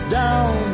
down